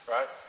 Right